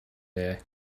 day